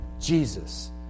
Jesus